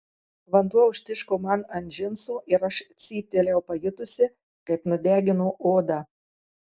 vanduo užtiško man ant džinsų ir aš cyptelėjau pajutusi kaip nudegino odą